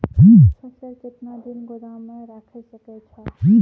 फसल केतना दिन गोदाम मे राखै सकै छौ?